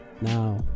now